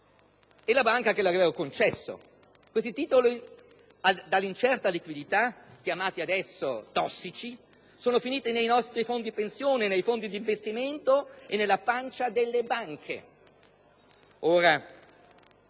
e la banca che lo aveva concesso. Questi titoli dall'incerta liquidità, definiti "tossici", sono finiti nei nostri fondi pensione, nei fondi d'investimento e nella pancia delle banche.